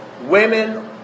women